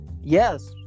yes